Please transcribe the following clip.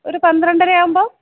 ഒരു പന്ത്രണ്ടര ആവുമ്പോള്